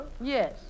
Yes